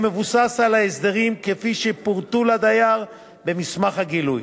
מבוסס על ההסדרים שפורטו לדייר במסמך הגילוי.